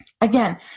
Again